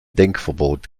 denkverbot